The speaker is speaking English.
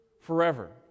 forever